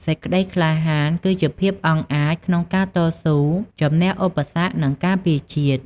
សេចក្តីក្លាហានគឺជា ភាពអង់អាចក្នុងការតស៊ូជំនះឧបសគ្គ និងការពារជាតិ។